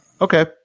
okay